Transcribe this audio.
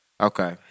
Okay